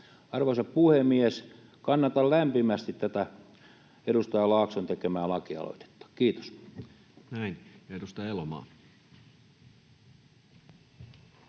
Arvoisa puhemies! Kannatan lämpimästi tätä edustaja Laakson tekemää lakialoitetta. — Kiitos. Näin. — Edustaja Elomaa.